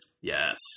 Yes